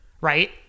right